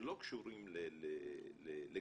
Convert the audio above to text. שלא קשורים לגנים